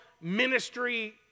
ministry